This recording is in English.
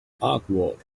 awkward